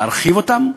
להרחיב אותן.